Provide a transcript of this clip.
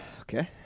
Okay